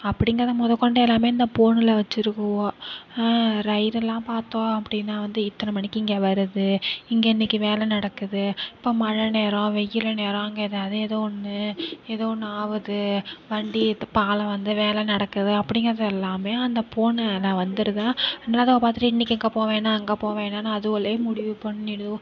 அப்படிங்கிறத முதல் கொண்டு எல்லாம் இந்த ஃபோனில் வச்சிருக்குவோ ரயில்லாம் பார்த்தோம் அப்படின்னா வந்து இத்தனை மணிக்கு இங்கே வருது இங்கே இன்றைக்கி வேலை நடக்குது இப்போது மழை நேரம் வெயில் நேரம் அங்கே எதாவது எதோ ஒன்று எதோ ஒன்று ஆகுது வண்டி இது பாலம் வந்து வேலை நடக்குது அப்படிங்கிறது எல்லாம் அந்த போனில் வந்துருது இன்றதை பார்த்துட்டு இன்றைக்கி இங்கே போகவேணா அங்கே போகவேணானு அதுவோலே முடிவு பண்ணிடுது